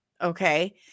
okay